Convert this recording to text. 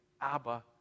Abba